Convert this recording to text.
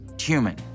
human